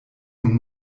nun